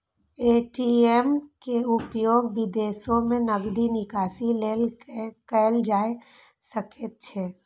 ATM के उपयोग विदेशो मे नकदी निकासी लेल कैल जा सकैत छैक